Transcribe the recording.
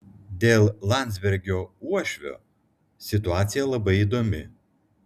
dėl landsbergio uošvio situacija labai įdomi